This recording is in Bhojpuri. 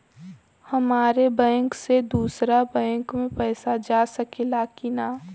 हमारे बैंक से दूसरा बैंक में पैसा जा सकेला की ना?